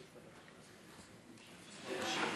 המקומיות (פיקוח על מחירי צהרונים ציבוריים),